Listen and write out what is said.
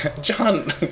John